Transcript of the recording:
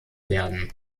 werden